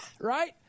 Right